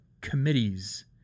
committees